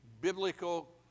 biblical